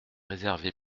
réservé